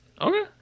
Okay